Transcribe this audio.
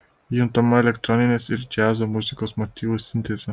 juntama elektroninės ir džiazo muzikos motyvų sintezė